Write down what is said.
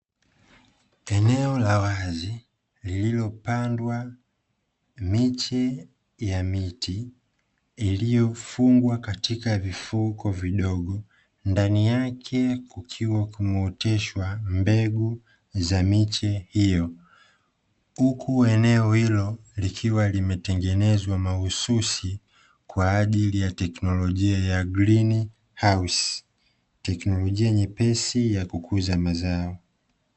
Eneo la wazi lililopandwa miche ya miti iliyofungwa katika vifungo vidogo, ndani yake kukiwa kumeoteshwa mbegu za miche hiyo, huku eneo hilo likiwa limetengenezwa mahususi kwa ajili ya technolojia ya "green house"; Teknolojia nyepesi ya kukuza mazao.